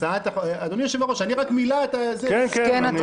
אדוני היושב-ראש, אני רק מילה --- כן, כן.